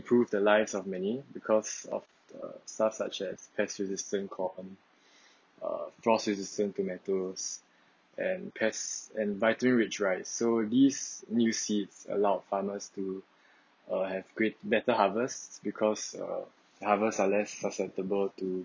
improve the lives of many because of the stuff such as uh force resistance tomatoes and pests and vitamin rich rice so these new seeds allowed farmers to uh have great better harvests because uh harvests are less susceptible to